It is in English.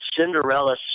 cinderella